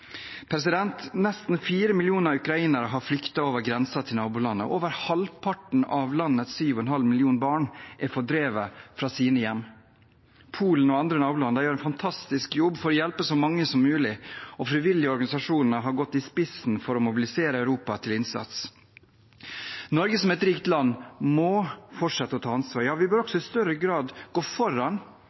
Nesten 4 millioner ukrainere har flyktet over grensen til nabolandene. Over halvparten av landets 7,5 millioner barn er fordrevet fra sine hjem. Polen og andre naboland gjør en fantastisk jobb for å hjelpe så mange som mulig, og frivillige organisasjoner har gått i spissen for å mobilisere Europa til innsats. Norge, som et rikt land, må fortsette å ta ansvar. Ja, vi bør også i større grad gå foran,